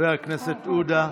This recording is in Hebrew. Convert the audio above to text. חבר הכנסת עודה,